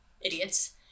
Idiots